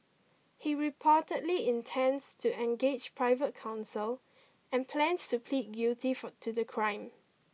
he reportedly intends to engage private counsel and plans to plead guilty for to the crime